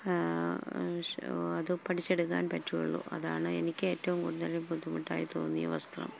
അത് പഠിച്ചെടുക്കാൻ പറ്റുകയുള്ളൂ അതാണ് എനിക്കേറ്റവും കൂടുതല് ബുദ്ധിമുട്ടായി തോന്നിയ വസ്ത്രം